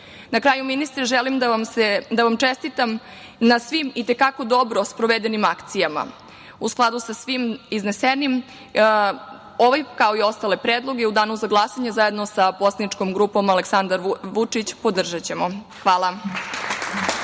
Na kraju ministre, želim da vam čestitam na svim i te kako dobro sprovedenim akcijama. U skladu sa svim iznesenim, ovaj kao i ostale predloge u danu za glasanje, zajedno sa poslaničkom grupom Aleksandar Vučić ćemo podržati. Hvala.